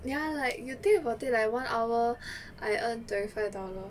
ya like you think about it like one hour I earn twenty five dollar